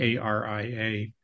ARIA